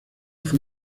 fue